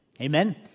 Amen